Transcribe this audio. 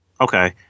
okay